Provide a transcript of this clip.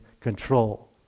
control